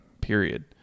period